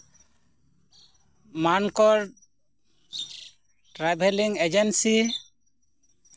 ᱢᱟᱱᱠᱚᱲ ᱴᱨᱟᱵᱷᱮᱞᱤᱝ ᱮᱡᱮᱱᱥᱤ